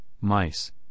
mice